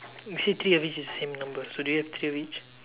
you say three of each is same number so do you have three of each